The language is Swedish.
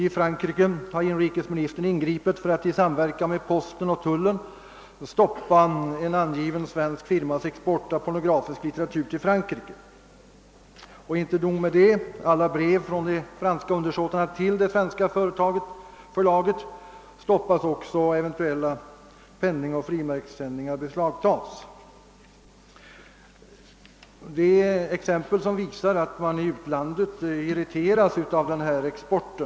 I Frankrike har inrikesministern ingripit för att i samverkan med posten och tullen stoppa en angiven svensk firmas export av litteratur till Frankrike. Och inte nog med det: alla brev från de franska undersåtarna till det svenska förlaget stoppas också, och eventuella penningoch frimärkssändningar beslagtas. Det är exempel som visar att man i utlandet irriteras av denna export.